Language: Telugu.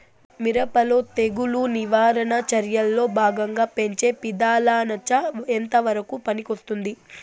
మిరప లో తెగులు నివారణ చర్యల్లో భాగంగా పెంచే మిథలానచ ఎంతవరకు పనికొస్తుంది?